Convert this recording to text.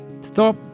Stop